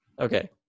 Okay